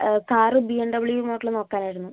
car B M W model നോക്കാൻ ആയിരുന്നു